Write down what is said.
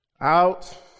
out